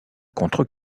contre